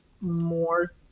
more